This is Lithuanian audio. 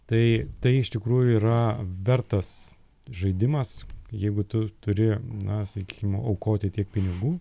tai tai iš tikrųjų yra vertas žaidimas jeigu tu turi na sakykim aukoti tiek pinigų